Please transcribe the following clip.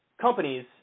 companies